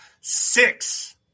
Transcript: Six